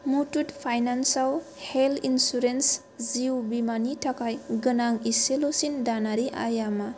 Muthoot finance आव health insurance जिउ बीमानि थाखाय गोनां इसेल'सिन दानारि आइया मा